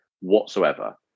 whatsoever